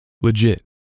Legit